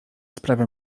sprawia